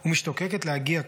/ ומשתוקקת להגיע כבר,